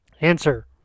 Answer